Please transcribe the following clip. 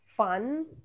fun